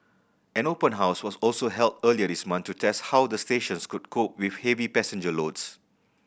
an open house was also held earlier this month to test how the stations could cope with heavy passenger loads